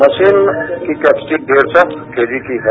machine की capacity डेढ़ सौ केजी की है